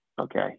Okay